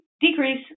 Decrease